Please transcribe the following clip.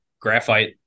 graphite